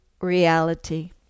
reality